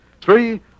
Three